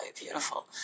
beautiful